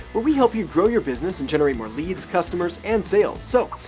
where we help you grow your business and generate more leads, customers and sales. so,